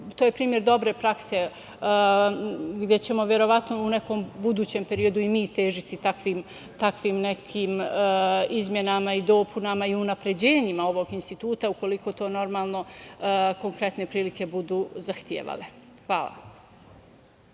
To je primer dobre prakse, gde ćemo verovatno u nekom budućem periodu i mi težiti takvim nekim izmenama i dopunama i unapređenjima ovog instituta, ukoliko to, normalno, konkretne prilike budu zahtevale. Hvala.